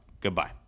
goodbye